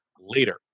later